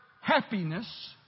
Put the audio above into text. happiness